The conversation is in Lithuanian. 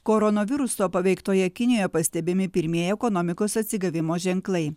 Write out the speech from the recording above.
koronaviruso paveiktoje kinijoje pastebimi pirmieji ekonomikos atsigavimo ženklai